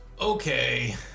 Okay